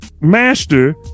master